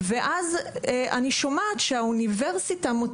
וזה לא משנה אם אנחנו ימניים או שמאלניים.